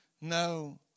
No